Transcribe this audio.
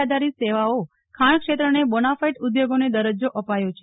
આધારિત સેવાઓ ખાણ ક્ષેત્રને બોનાફાઇડ ઉદ્યોગોને દરજ્જો અપાયો છે